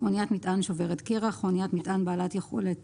"אניית מטען שוברת קרח" אניית מטען בעלת יכולת